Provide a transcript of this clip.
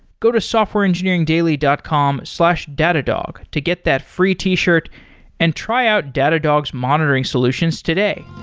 go to softwareengineeringdaily dot com slash datadog to get that free t-shirt and try out datadog's monitoring solutions today.